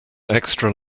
extra